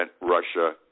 Russia